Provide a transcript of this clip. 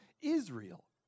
Israel